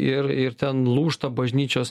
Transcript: ir ir ten lūžta bažnyčios